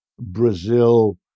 Brazil